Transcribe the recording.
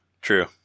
True